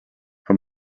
her